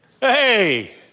Hey